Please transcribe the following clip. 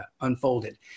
unfolded